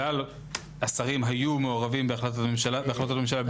כלל השרים היו מעורבים בהחלטת הממשלה.